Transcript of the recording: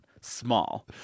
small